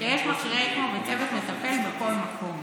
שיש מכשירי אקמו וצוות מטפל בכל מקום.